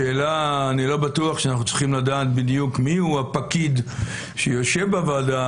אני לא בטוח שאנחנו צריכים לדעת בדיוק מיהו הפקיד שיושב בוועדה,